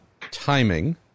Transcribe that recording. timing